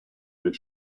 від